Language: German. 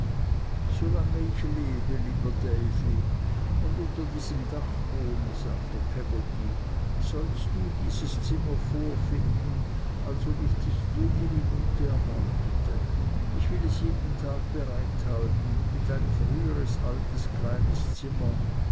solange ich lebe lieber davy und unter diesem dache wohne sagte peggotty sollst du dieses zimmer vorfinden als ob ich dich jede minute erwartete ich will es jeden tag bereit halten wie dein früheres altes kleines zimmer